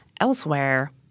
Elsewhere